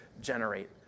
generate